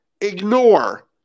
Ignore